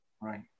Right